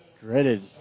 Dreaded